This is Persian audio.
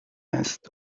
هست